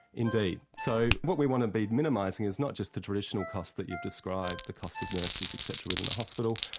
indeed. so what we want to be minimising is not just the traditional costs that you've described, the cost of nurses, et cetera, within the hospital,